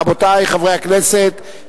רבותי חברי הכנסת,